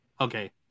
Okay